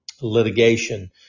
litigation